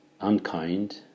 unkind